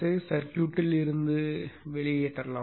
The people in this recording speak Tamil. ஐ சர்க்யூட்டில் இருந்து அகற்றலாம்